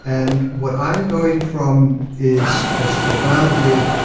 and what i'm going from is, as corbin did,